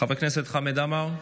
חבר הכנסת חמד עמאר,